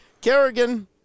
Kerrigan